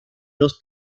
dos